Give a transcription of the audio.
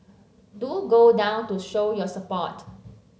do go down to show your support